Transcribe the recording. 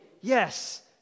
yes